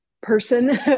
person